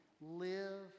live